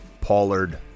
Pollard